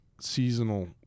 seasonal